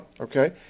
okay